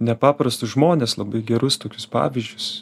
nepaprastus žmones labai gerus tokius pavyzdžius